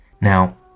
Now